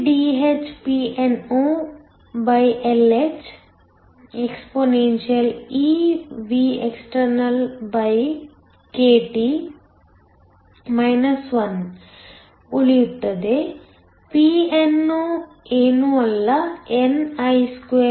eDhPnoLhexpeVextkT 1 ಉಳಿಯುತ್ತದೆ Pno ಏನೂ ಅಲ್ಲ ni2ND